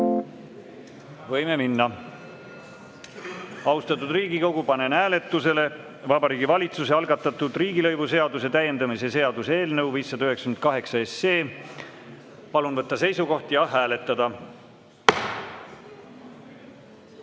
Võime minna. Austatud Riigikogu, panen hääletusele Vabariigi Valitsuse algatatud riigilõivuseaduse täiendamise seaduse eelnõu 598. Palun võtta seisukoht ja hääletada!